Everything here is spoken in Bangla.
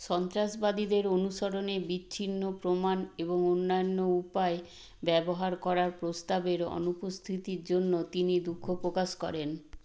সন্ত্রাসবাদীদের অনুসরণে বিচ্ছিন্ন প্রমাণ এবং অন্যান্য উপায় ব্যবহার করার প্রস্তাবের অনুপস্থিতির জন্য তিনি দুঃখ প্রকাশ করেন